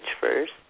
first